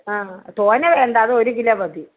ആ തോനെ വേണ്ട അത് ഒരു കിലോ മതി